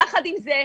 יחד עם זה,